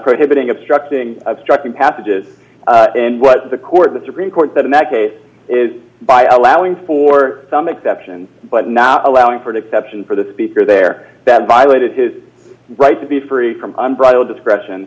prohibiting obstructing obstructing passages and what the court the supreme court said in that case is by allowing for some exceptions but not allowing for an exception for the speaker there that violated his right to be free from bridal discretion